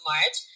March